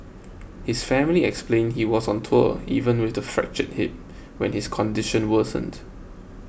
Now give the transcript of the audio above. his family explained he was on tour even with the fractured hip when his condition worsened